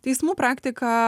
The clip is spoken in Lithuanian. teismų praktika